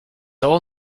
all